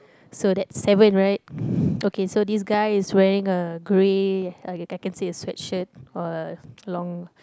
so that's seven right okay so this guy is wearing a grey okay I can say a sweatshirt or a long